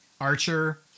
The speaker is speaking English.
archer